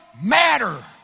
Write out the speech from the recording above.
matter